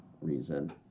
reason